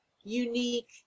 unique